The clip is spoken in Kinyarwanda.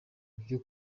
byo